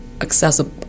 accessible